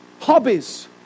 Hobbies